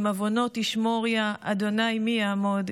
אם עֲו‍ֹנוֹת תשמר יה ה' מי יעמד.